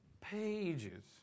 pages